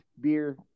beer